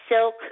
silk